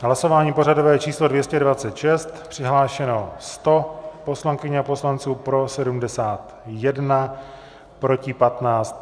Hlasování pořadové číslo 226, přihlášeno 100 poslankyň a poslanců, pro 71, proti 15.